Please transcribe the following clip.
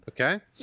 Okay